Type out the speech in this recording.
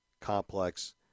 complex